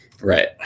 Right